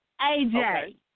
AJ